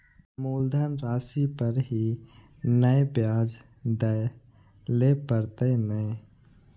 मुलधन राशि पर ही नै ब्याज दै लै परतें ने?